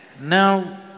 Now